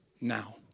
now